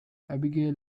abigail